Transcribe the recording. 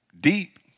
deep